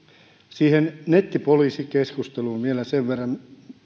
siihen nettipoliisikeskusteluun vielä sen verran